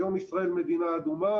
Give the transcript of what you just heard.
היום ישראל מדינה אדומה,